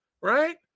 Right